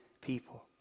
people